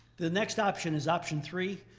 the next option is option three.